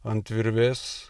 ant virvės